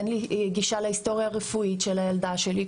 אין לי גישה להיסטוריה הרפואית של הילדה שלי,